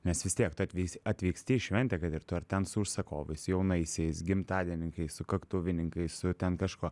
nes vis tiek tu atv atvyksti į šventę kad ir ten su užsakovais jaunaisiais gimtadieninkais sukaktuvininkais su ten kažkuo